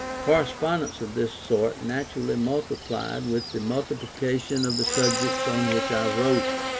correspondence of this sort naturally multiplied with the multiplication of the subjects on which i wrote,